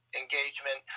engagement